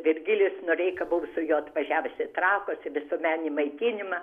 virgilijus noreika buvo su juo atvažiavus į trakus visuomeninį maitinimą